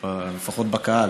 לפחות בקהל,